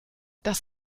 das